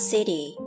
City